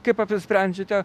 kaip apsisprendžiate